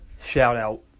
shout-out